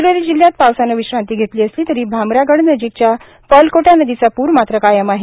गडचिरोली जिल्ह्यात पावसाने विश्रांती घेतली असली तरी भामरागडनजीकच्या पर्लकोटा नदीचा प्र मात्र कायम आहे